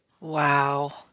Wow